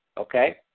okay